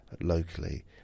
locally